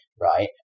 right